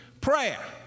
prayer